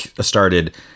started